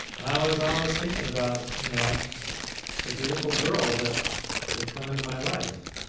i was always thinking about you know the beautiful girl that would come into my life.